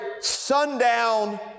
sundown